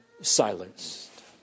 silenced